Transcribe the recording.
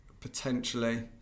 potentially